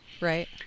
Right